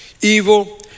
Evil